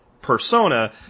persona